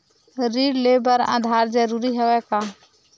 ऋण ले बर आधार जरूरी हवय का?